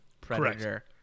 Predator